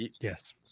yes